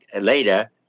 later